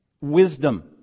wisdom